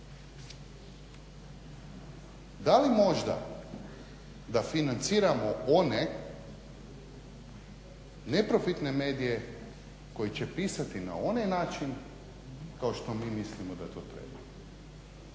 da li možda da financiramo one neprofitne medije koji će pisati na onaj način kao što mi mislimo da treba.